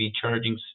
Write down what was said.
charging